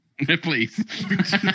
please